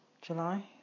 July